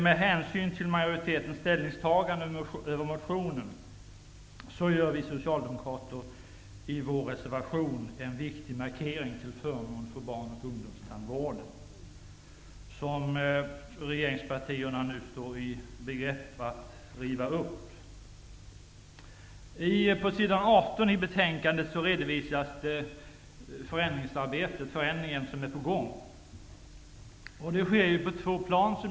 Med hänsyn till majoritetens ställningstagande till motionen gör vi socialdemokrater i vår reservation en viktig markering till förmån för barn och ungdomstandvården, som regeringspartierna står i begrepp att riva upp. På s. 18 i betänkandet redovisas den förändring som är på gång.